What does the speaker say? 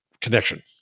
connection